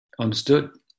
understood